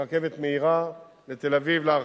ברכבת מהירה לתל-אביב, להערכתי,